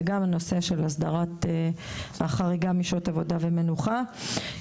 ונושא הסדרת החריגה משעות העבודה והמנוחה.